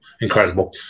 Incredible